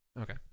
okay